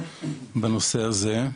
בנושא הזה.